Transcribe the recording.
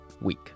week